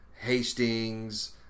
Hastings